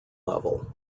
level